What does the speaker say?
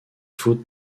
foudre